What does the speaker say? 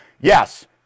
yes